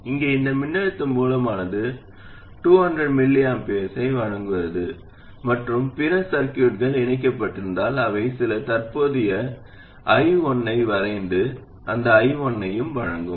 இங்கே இந்த மின்னழுத்த மூலமானது 200 µA ஐ வழங்குகிறது மற்றும் பிற சர்கியூட்கள் இணைக்கப்பட்டிருந்தால் அவை சில தற்போதைய I1 ஐ வரைந்து அது I1 ஐயும் வழங்கும்